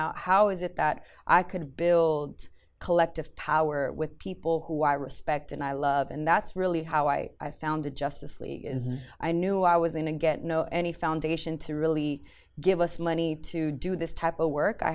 out how is it that i could build collective power with people who i respect and i love and that's really how i founded justice league as i knew i was in and get no any foundation to really give us money to do this type of work i